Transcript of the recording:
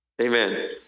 Amen